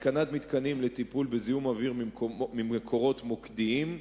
התקנת מתקנים לטיפול בזיהום אוויר ממקורות מוקדיים,